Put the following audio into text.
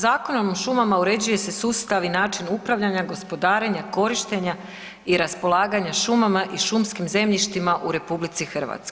Zakonom o šumama uređuje se sustav i način upravljanja, gospodarenja, korištenja i raspolaganja šumama i šumskim zemljištima u RH.